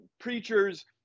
preachers